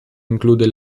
include